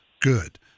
good